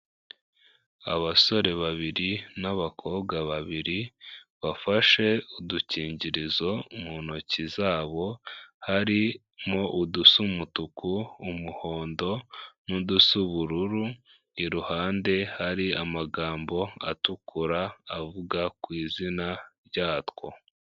Abasore babiri n'abakobwa babiri bafashe udukingirizo mu ntoki zabo, harimo udusa umutuku, umuhondo n'udusa ubururu, iruhande hari amagambo atukura avuga ku izina ryatwo.